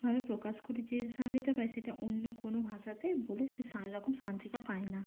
আমি প্রকাশ করে যে শান্তিটা পাই সেটা অন্য কোনো ভাষাতে বলে সে সেই রকম শান্তিটা পাই না